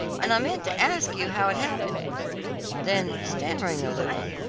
and i meant to ask you how it happened then stammering a little,